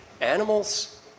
animals